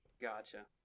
Gotcha